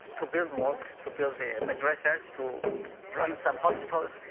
to build mosques, to build the madrasis, to run some hospitals,